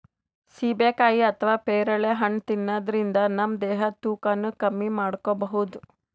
ಸೀಬೆಕಾಯಿ ಅಥವಾ ಪೇರಳೆ ಹಣ್ಣ್ ತಿನ್ನದ್ರಿನ್ದ ನಮ್ ದೇಹದ್ದ್ ತೂಕಾನು ಕಮ್ಮಿ ಮಾಡ್ಕೊಬಹುದ್